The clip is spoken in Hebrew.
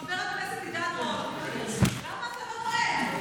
חבר הכנסת עידן רול, למה אתה לא נואם?